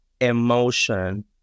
emotion